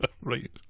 Right